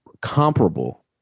comparable